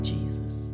Jesus